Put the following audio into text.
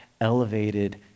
elevated